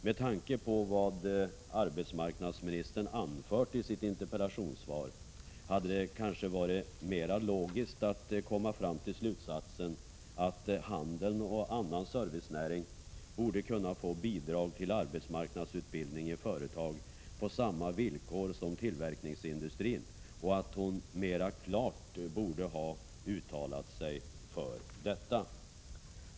Med tanke på vad arbetsmarknadsministern anfört i sitt interpellationssvar hade det kanske varit mera logiskt att komma fram till slutsatsen att handeln och annan servicenäring borde kunna få bidrag till arbetsmarknadsutbildning i företag på samma villkor som tillverkningsindustrin och att hon mera klart borde ha uttalat sig för detta.